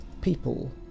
people